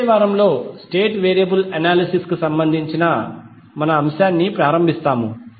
వచ్చే వారంలో state variable analysis కు సంబంధించిన మన అంశాన్ని ప్రారంభిస్తాము